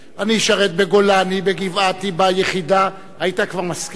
אני אשרת בגולני, בגבעתי, ביחידה, היית כבר מסכים?